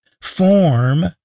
form